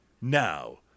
Now